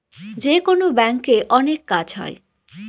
যেকোনো ব্যাঙ্কে অনেক কাজ হয়